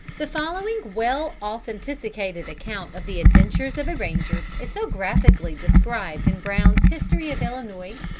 the following well authenticated account of the adventures of a ranger is so graphically described in brown's history of illinois,